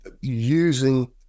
using